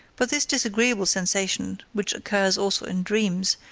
but this disagreeable sensation, which occurs also in dreams,